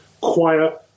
Quiet